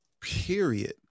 period